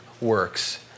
works